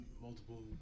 multiple